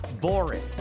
boring